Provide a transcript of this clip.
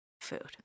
food